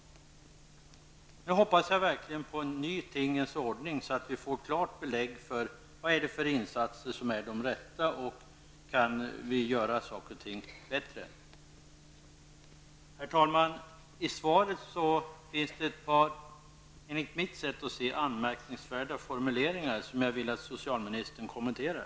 Jag hoppas verkligen på en ny tingens ordning så att vi får klart belägg för vilka insatser som är de rätta och om vi kan göra saker och ting bättre. Herr talman! I svaret tycker jag att det finns ett par anmärkningsvärda formuleringar som jag vill att socialministern skall kommentera.